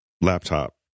laptop